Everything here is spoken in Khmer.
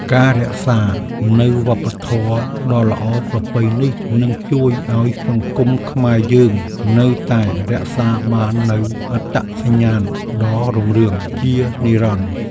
ការរក្សានូវវប្បធម៌ដ៏ល្អប្រពៃនេះនឹងជួយឱ្យសង្គមខ្មែរយើងនៅតែរក្សាបាននូវអត្តសញ្ញាណដ៏រុងរឿងជានិរន្តរ៍។